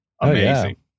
Amazing